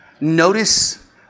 Notice